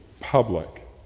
public